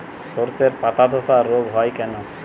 শর্ষের পাতাধসা রোগ হয় কেন?